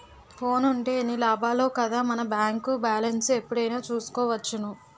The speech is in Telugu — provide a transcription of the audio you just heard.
ఫోనుంటే ఎన్ని లాభాలో కదా మన బేంకు బాలెస్ను ఎప్పుడైనా చూసుకోవచ్చును